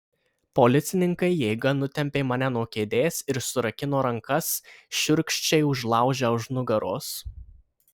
policininkai jėga nutempė mane nuo kėdės ir surakino rankas šiurkščiai užlaužę už nugaros